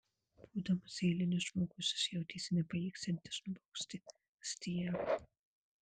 būdamas eilinis žmogus jis jautėsi nepajėgsiantis nubausti astiago